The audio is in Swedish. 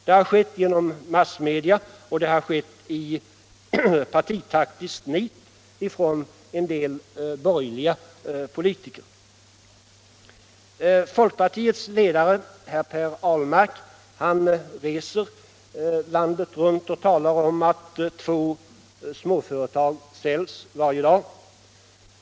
Det har skett genom massmedia och det har gjorts i partitaktiskt nit av en del borgerliga politiker. Folkpartiets ledare, herr Per Ahlmark, reser landet runt och talar om att två småföretag säljs varje dag.